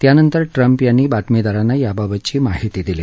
त्यानंतर ट्रंप यांनी बातमीदारांना याबाबत माहिती दिली